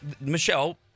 Michelle